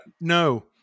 no